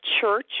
church